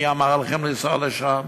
מי אמר לכם לנסוע לשם.